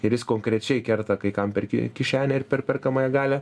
ir jis konkrečiai kerta kai kam per ki kišenę ir per perkamąją galią